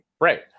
Right